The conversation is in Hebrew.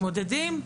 מתמודדים,